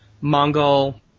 Mongol